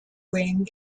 wing